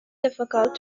difficult